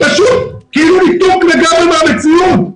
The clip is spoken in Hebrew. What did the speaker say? כאילו ניתוק לגמרי מהמציאות.